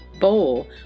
bowl